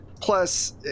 Plus